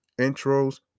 intros